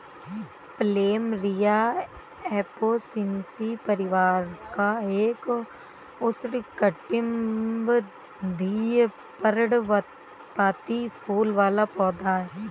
plumeria Apocynaceae परिवार का एक उष्णकटिबंधीय, पर्णपाती फूल वाला पौधा है